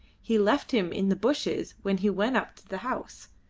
he left him in the bushes when he went up to the house.